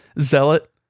zealot